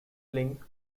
link